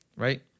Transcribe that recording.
Right